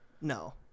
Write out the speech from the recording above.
no